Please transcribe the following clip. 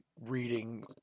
reading